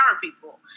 people